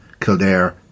Kildare